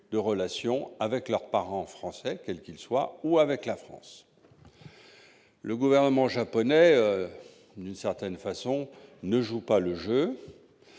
de relations avec leur parent français, quel qu'il soit, ou avec la France. Le gouvernement japonais, d'une certaine façon, ne joue pas le jeu.